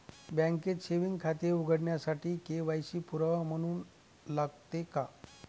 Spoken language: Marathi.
बँकेत सेविंग खाते उघडण्यासाठी के.वाय.सी पुरावा म्हणून लागते का?